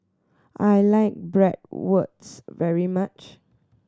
I like Bratwurst very much